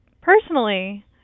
personally